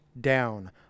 down